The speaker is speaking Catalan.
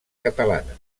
catalana